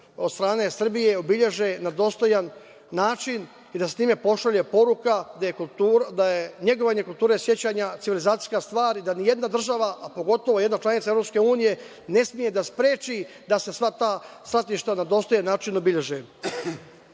od strane Srbije obeleže na dostojan način i da se time pošalje poruka da je negovanje kulture sećanja civilizacijska stvar i da ni jedna država, a pogotovo jedna članica EU, ne sme da spreči da se sva ta svratišta na dostojan način obeleže. Mislim